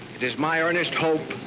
it is my earnest hope,